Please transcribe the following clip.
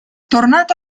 tornato